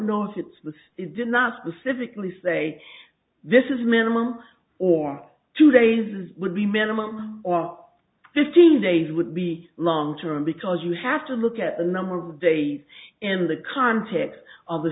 know if it's the did not specifically say this is minimum or two days would be minimum or fifteen days would be long term because you have to look at a number of days in the context of the